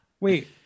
Wait